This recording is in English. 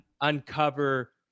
uncover